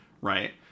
right